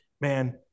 man